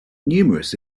numerous